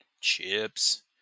Chips